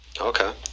Okay